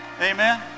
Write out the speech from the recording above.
Amen